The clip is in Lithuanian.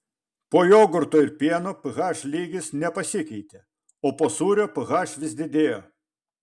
po jogurto ir pieno ph lygis nepasikeitė o po sūrio ph vis didėjo